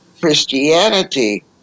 Christianity